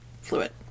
fluid